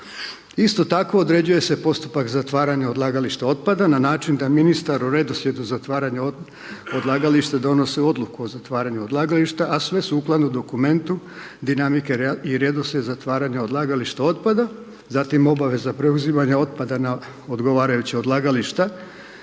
Isto tako, određuje se postupak zatvaranja odlagališta otpada na način da ministar u redoslijedu zatvaranja odlagališta donosi odluku o zatvaranju odlagališta, a sve sukladno dokumentu dinamike i redoslijed zatvaranja odlagališta otpada, zatim obveza preuzimanja otpada na odgovarajuća odlagališta